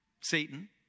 Satan